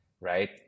right